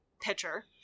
pitcher